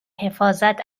حفاظت